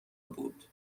بود